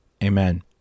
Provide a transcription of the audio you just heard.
Amen